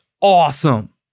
awesome